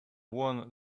won